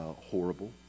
horrible